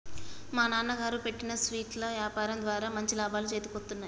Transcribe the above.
మా నాన్నగారు పెట్టిన స్వీట్ల యాపారం ద్వారా మంచి లాభాలు చేతికొత్తన్నయ్